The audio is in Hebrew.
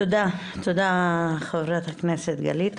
תודה, חברת הכנסת גלית.